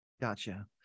Gotcha